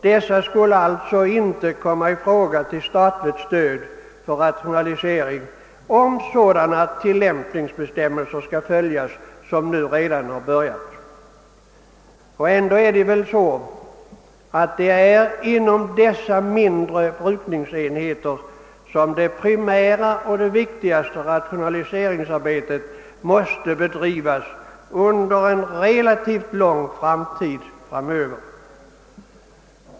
Dessa skulle alltså inte komma i fråga för statligt stöd till rationalisering, om sådana tillämpningsbestämmelser som redan praktiseras skall följas. Det är ändå inom dessa brukningsenheter som det primära och viktigaste rationaliseringsarbetet måste bedrivas under en relativt lång tid framöver.